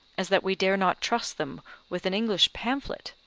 as that we dare not trust them with an english pamphlet,